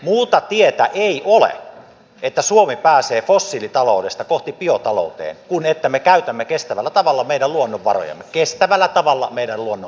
muuta tietä ei ole että suomi pääsee fossiilitaloudesta kohti biotaloutta kuin että me käytämme kestävällä tavalla meidän luonnonvarojamme kestävällä tavalla meidän luonnonvarojamme